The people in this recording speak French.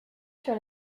sur